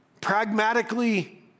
pragmatically